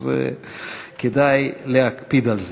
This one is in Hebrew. אז כדאי להקפיד על זה.